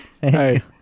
Hey